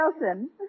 Wilson